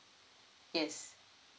yes